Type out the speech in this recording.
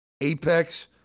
Apex